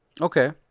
Okay